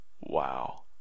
Wow